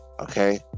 Okay